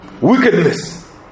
wickedness